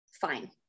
fine